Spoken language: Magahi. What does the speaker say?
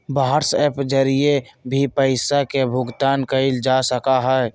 व्हाट्सएप के जरिए भी पैसा के भुगतान कइल जा सका हई